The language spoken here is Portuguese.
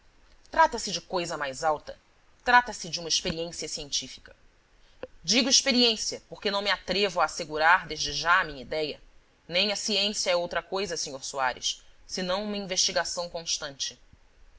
trata-se de coisa mais alta trata-se de uma experiência científica digo experiência porque não me atrevo a assegurar desde já a minha idéia nem a ciência é outra coisa sr soares senão uma investigação constante